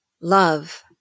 love